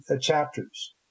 chapters